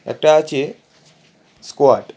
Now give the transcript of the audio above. একটা আছে স্কোয়াড